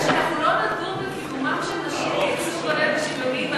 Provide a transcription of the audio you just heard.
אנחנו לא נדון בקידומן של נשים ובייצוג הולם ושוויוני,